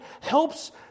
helps